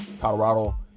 Colorado